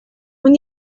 اون